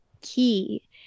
key